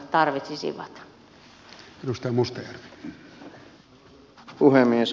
arvoisa puhemies